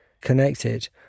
connected